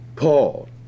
Paul